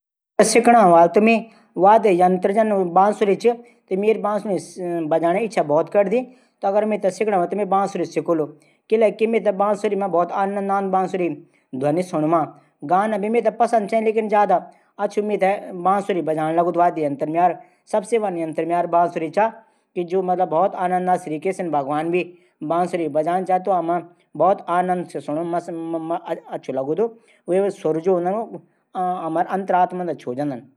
मि comedy film दिखुण ज्यादा पःसद करदू। कॉमेडी फिल्म से हंसी खुसी भी निकली जांदु। हंसण हमर स्वास्थ्य कूण बहुत लाभदायक हूदू।